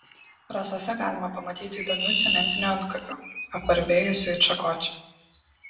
rasose galima pamatyti įdomių cementinių antkapių apvarvėjusių it šakočiai